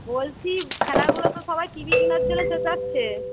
বলছি ছানাগুলো তো সবাই টিভি কিনার জন্য চেঁচাচ্ছে